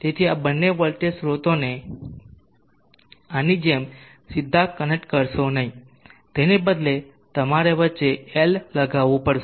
તેથી આ બંને વોલ્ટેજ સ્રોતોને આની જેમ સીધા કનેક્ટ કરશો નહીં તેના બદલે તમારે વચ્ચે L લગાડવું પડશે